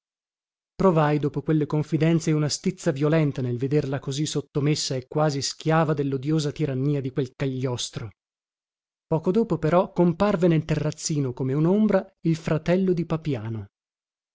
provai dopo quelle confidenze una stizza violenta nel vederla così sottomessa e quasi schiava dellodiosa tirannia di quel cagliostro poco dopo però comparve nel terrazzino come unombra il fratello di papiano